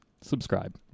Subscribe